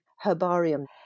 herbarium